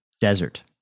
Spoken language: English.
desert